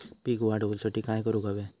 पीक वाढ होऊसाठी काय करूक हव्या?